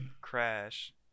Crash